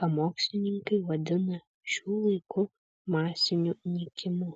ką mokslininkai vadina šių laikų masiniu nykimu